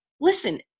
listen